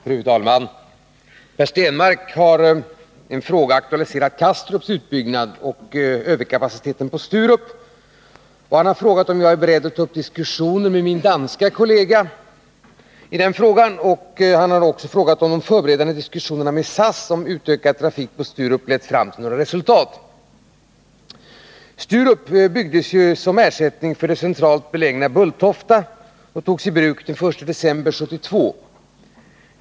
Fru talman! Per Stenmarck har i en fråga aktualiserat Kastrups utbyggnad och Sturups överkapacitet. Han har frågat om jag är beredd att ta upp diskussioner med min danske kollega i denna fråga, och om de förberedande diskussionerna med SAS om utökad trafik på Sturup lett fram till något resultat. Sturups flygplats, som byggdes som ersättning för centralt belägna Bulltofta, togs i bruk den 1 december 1972.